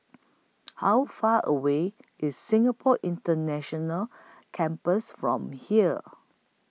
How Far away IS Singapore International Campus from here